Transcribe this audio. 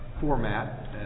format